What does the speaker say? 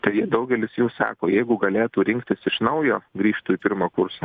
tai daugelis jų sako jeigu galėtų rinktis iš naujo grįžtų į pirmą kursą